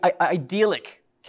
idyllic